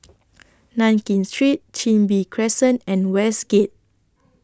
Nankin Street Chin Bee Crescent and Westgate